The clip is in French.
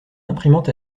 imprimante